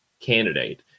candidate